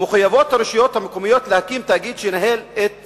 מחויבות הרשויות המקומיות להקים תאגיד שינהל את